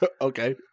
Okay